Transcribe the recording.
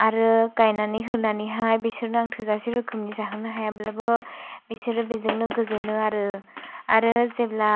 आरो गायनानै होनानै हाय बिसोरनो आं थोजासे रोखोमनि जाहोनो हायाब्लाबो बिसोरो बिजोंनो गोजोनो आरो आरो जेब्ला